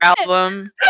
album